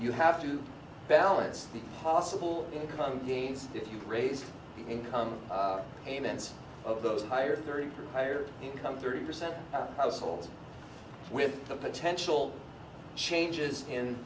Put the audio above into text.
you have to balance the possible income gains if you raise the income payments of those higher theory for higher income thirty percent households with the potential changes in